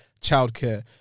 childcare